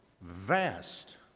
vast